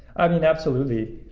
i mean, absolutely,